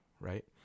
right